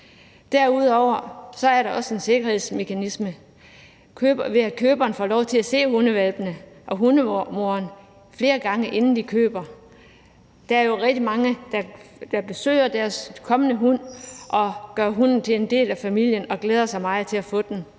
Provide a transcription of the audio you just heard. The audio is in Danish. Derudover er der også en sikkerhedsmekanisme i, at køberen får lov til at se hundehvalpene og hundemoren flere gange, inden de køber en hvalp. Der er jo rigtig mange, der besøger deres kommende hund og gør hunden til en del af familien og glæder sig meget til at få den.